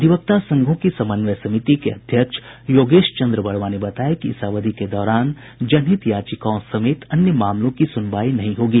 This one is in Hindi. अधिवक्ता संघों की समन्वय समिति के अध्यक्ष योगेश चन्द्र वर्मा ने बताया कि इस अवधि के दौरान जनहित याचिकाओं समेत अन्य मामलों की सुनवाई नहीं होगी